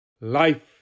Life